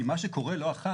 כי מה שקורה לא אחת,